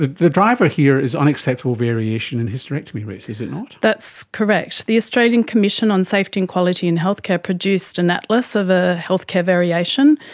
the the driver here is unacceptable variation in hysterectomy rates, is it not? that's correct, the australian commission on safety and quality in healthcare produced an atlas of a healthcare variation,